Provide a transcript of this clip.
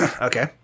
Okay